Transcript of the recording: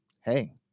hey